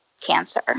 cancer